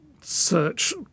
search